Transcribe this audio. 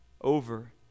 over